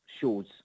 shows